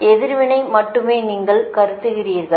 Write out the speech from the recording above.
எனவே எதிர்வினை மட்டுமே நீங்கள் கருதுகிறீர்கள்